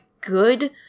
good